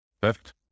Perfect